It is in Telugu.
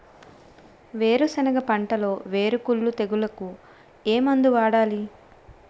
వేరుసెనగ పంటలో వేరుకుళ్ళు తెగులుకు ఏ మందు వాడాలి?